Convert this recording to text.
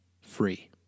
free